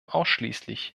ausschließlich